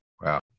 Wow